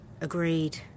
Agreed